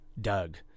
Doug